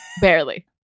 Barely